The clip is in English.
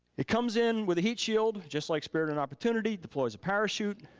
it comes in with a heat shield, just like spirit and opportunity, it deploys a parachute,